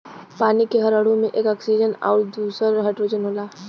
पानी के हर अणु में एक ऑक्सीजन आउर दूसर हाईड्रोजन होला